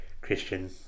Christian